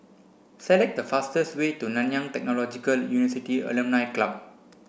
select the fastest way to Nanyang Technological Alumni Club